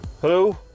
Hello